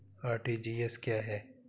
RTGS क्या है?